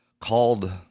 called